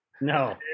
No